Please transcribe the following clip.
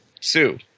sue